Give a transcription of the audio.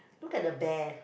look at the bear